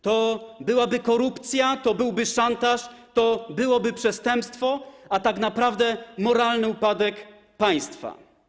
To byłaby korupcja, to byłby szantaż, to byłoby przestępstwo, a tak naprawdę byłby to moralny upadek państwa.